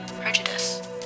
prejudice